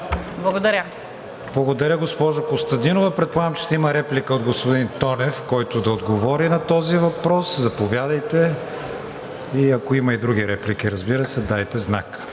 ВИГЕНИН: Благодаря, госпожо Костадинова. Предполагам, че ще има реплика от господин Тонев, който да отговори на този въпрос. Заповядайте. Ако има и други реплики, разбира се, дайте знак.